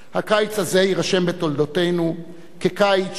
הקיץ הזה יירשם בתולדותינו כקיץ שבו